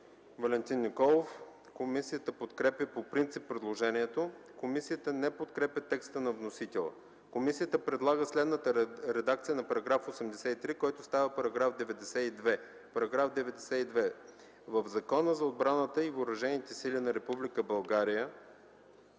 Валентин Николов. Комисията подкрепя по принцип предложението. Комисията не подкрепя текста на вносителя. Комисията предлага следната редакция на § 83, който става § 92: „§ 92. В Закона за отбраната и въоръжените сили на